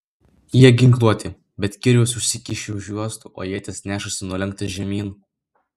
jie ginkluoti bet kirvius užsikišę už juostų o ietis nešasi nulenktas žemyn